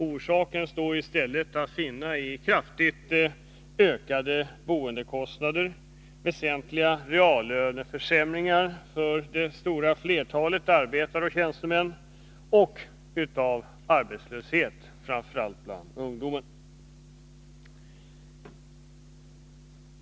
Orsaken står i stället att finna i kraftigt ökade boendekostnader, väsentliga reallöneförsämringar för det stora flertalet arbetare och tjänstemän och i arbetslöshet, framför allt bland ungdomen.